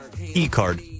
E-card